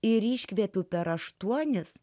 ir iškvepiu per aštuonis